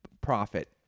profit